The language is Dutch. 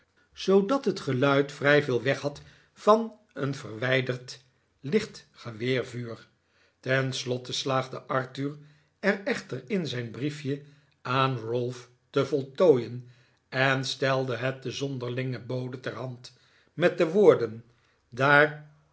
zoodat het geluid vrij veel weghad van een verwijderd licht geweervuur tenslotte slaagde arthur er echter in zijn briefje aan ralph te voltooien en stelde het den zonderlingen bode ter hand met de woorden daar